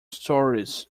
stories